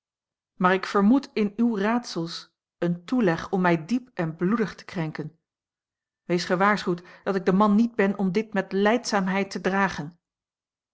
maar ik vermoed in uwe raadsels een toeleg om mij diep en bloedig te krenken wees gewaarschuwd dat ik de man niet ben om dit met lijdzaamheid te dragen